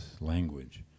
language